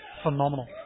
Phenomenal